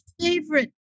favorite